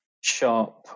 sharp